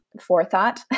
forethought